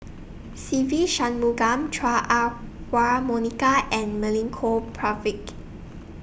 Se Ve Shanmugam Chua Ah Huwa Monica and Milenko Prvacki